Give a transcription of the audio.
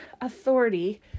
authority